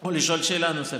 או לשאול שאלה נוספת.